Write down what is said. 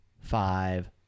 five